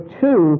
two